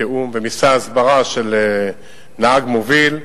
בתיאום, ומבצע הסברה של "נהג מוביל".